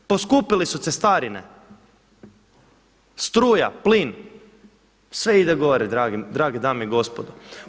Poskupili su cestarine, struja, plin, sve ide gore drage dame i gospodo.